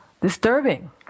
disturbing